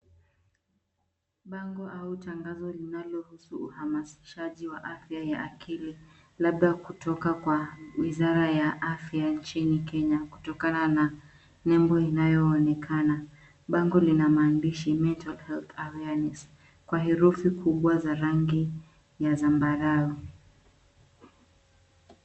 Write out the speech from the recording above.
Bango au tangazo linalohusu uhamasishaji wa afya ya akili labda kutoka kwa wizara ya afya nchini Kenya kutokana na nembo inaloonekana. Bango lina maandishi cs[mental health awareness] kwa herufi kubwa za rangi ya zambarau.